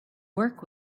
work